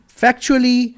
factually